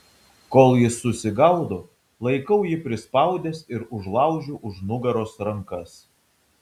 kol jis susigaudo laikau jį prispaudęs ir užlaužiu už nugaros rankas